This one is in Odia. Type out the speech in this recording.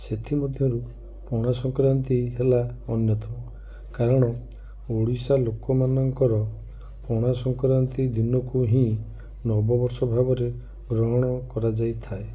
ସେଥିମଧ୍ୟରୁ ପଣାସଂକ୍ରାନ୍ତି ହେଲା ଅନ୍ୟତମ କାରଣ ଓଡ଼ିଶା ଲୋକମାନଙ୍କର ପଣାସଂକ୍ରାନ୍ତି ଦିନକୁ ହିଁ ନବବର୍ଷ ଭାବରେ ଗ୍ରହଣ କରାଯାଇଥାଏ